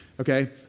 Okay